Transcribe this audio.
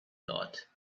thought